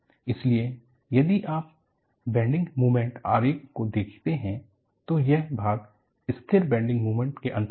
इसलिए यदि आप बेंडिंग मोमेंट आरेख से देखते हैं तो यह भाग स्थिर बेंडिंग मोमेंट के अंतर्गत है